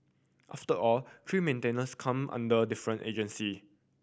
after all tree maintenance come under different agency